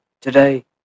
today